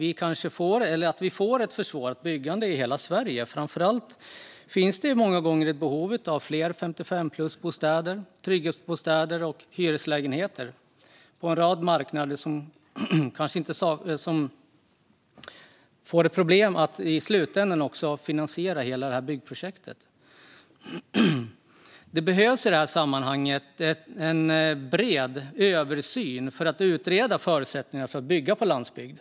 Den problematiken gör att byggande i hela Sverige försvåras. Framför allt finns det många gånger ett behov av fler bostäder för 55-plus, trygghetsbostäder och hyreslägenheter på en rad marknader. I slutändan blir det kanske problem att finansiera de byggprojekten. I detta sammanhang behövs det en bred översyn för att utreda förutsättningarna för att bygga på landsbygd.